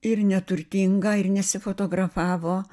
ir neturtinga ir nesifotografavo